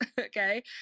Okay